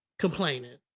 complaining